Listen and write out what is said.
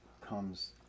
comes